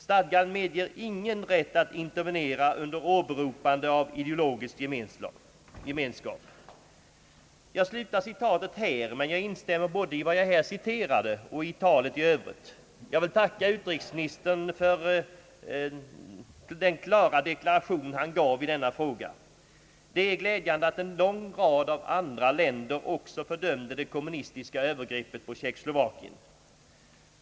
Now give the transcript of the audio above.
Stadgan medger ingen rätt att intervenera under åberopande av ideologisk gemenskap.» Jag slutar citatet här men jag instämmer både i vad jag här citerade och i talet i övrigt. Jag vill tacka utrikesministern för den klara deklaration han gav i denna fråga. Det är glädjande att en lång rad av andra länder också fördömde det kommunistiska övergreppet på Tjeckoslovakien.